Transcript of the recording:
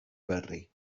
berri